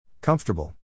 Comfortable